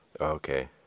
Okay